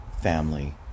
family